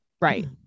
right